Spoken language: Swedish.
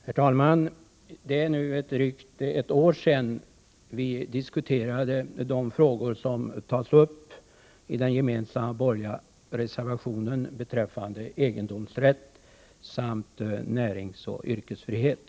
Herr talman! Det är nu drygt ett år sedan vi diskuterade de frågor som tas uppi den gemensamma borgerliga reservationen beträffande egendomsrätt samt näringsoch yrkesfrihet.